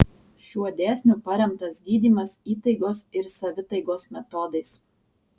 šiuo dėsniu paremtas gydymas įtaigos ir savitaigos metodais